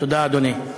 תודה, אדוני.